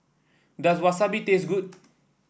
does Wasabi taste good